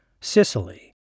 Sicily